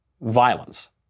violence